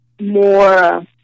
more